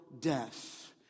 death